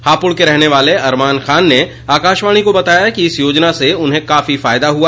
हापुड़ के रहने वाले अरमान खान ने आकाशवाणी को बताया कि इस योजना से उन्हें काफी फायदा हुआ